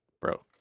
Bro